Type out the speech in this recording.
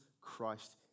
Christ